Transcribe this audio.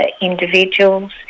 individuals